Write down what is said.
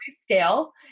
scale